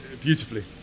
beautifully